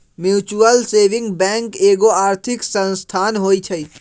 mutual saving bank एगो आर्थिक संस्थान होइ छइ